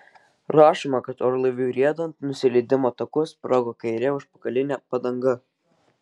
rašoma kad orlaiviui riedant nusileidimo taku sprogo kairė užpakalinė padanga